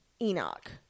Enoch